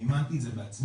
מימנתי את זה בעצמי.